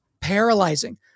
paralyzing